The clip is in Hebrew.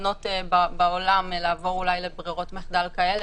כוונות בעולם לעבור אולי לברירות מחדל כאלה,